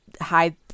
hide